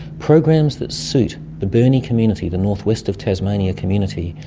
programs that suit the burnie community, the north-west of tasmania community,